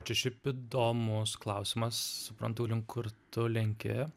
čia šiaip įdomus klausimas suprantu link kur tu lenki